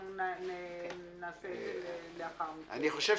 נעשה את זה לאחר מכן.